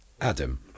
adam